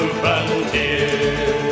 frontier